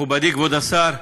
מכובדי כבוד השר,